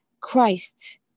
Christ